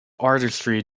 artistry